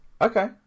okay